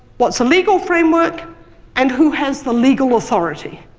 what's the legal framework and who has the legal authority